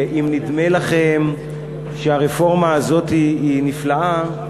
אם נדמה לכם שהרפורמה הזאת היא נפלאה,